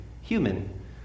human